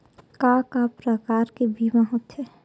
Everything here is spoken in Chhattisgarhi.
का का प्रकार के बीमा होथे?